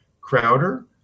Crowder